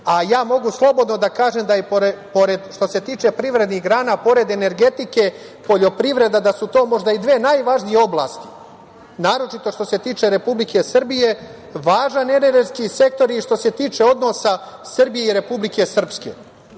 Ja mogu slobodno da kažem da je što se tiče privrednih grana, pored energetike, poljoprivreda, da su to možda i dve najvažnije oblasti, naročito što se tiče Republike Srbije, važan energetski sektor i što se tiče odnosa Srbije i Republike Srpske. Kao